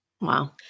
Wow